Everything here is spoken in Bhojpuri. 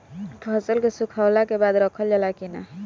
फसल के सुखावला के बाद रखल जाला कि न?